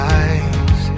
eyes